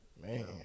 Man